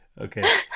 okay